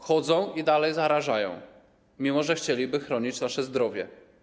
Chodzą i dalej zarażają, mimo że chcieliby chronić nasze zdrowie.